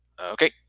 Okay